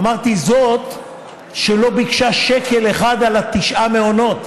אמרתי: זאת שלא ביקשה שקל אחד על תשעת המעונות.